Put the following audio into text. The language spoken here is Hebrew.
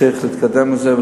צריך להתקדם עם זה.